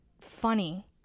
funny